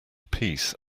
peace